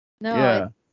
No